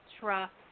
trust